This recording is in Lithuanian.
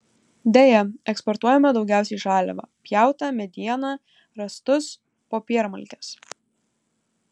deja eksportuojame daugiausiai žaliavą pjautą medieną rąstus popiermalkes